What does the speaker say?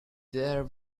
there